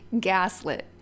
gaslit